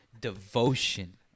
devotion